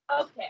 Okay